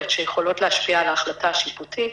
שיכולות להשפיע על ההחלטה השיפוטית.